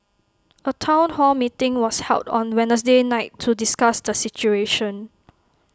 A Town hall meeting was held on Wednesday night to discuss the situation